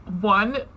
One